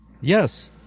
Yes